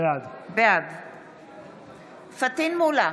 בעד פטין מולא,